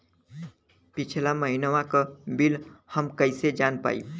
पिछला महिनवा क बिल हम कईसे जान पाइब?